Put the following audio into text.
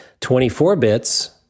24-bits